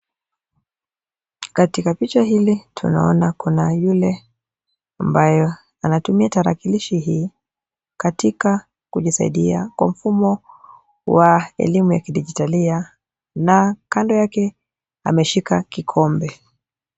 Katika picha hili tunaona kuna yule ambaye anatumia tarakilishi hii katika kujisaidia kwa mfumo wa elimu ya dijitalia na kando yake ameshika kikombe.